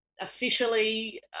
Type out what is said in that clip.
officially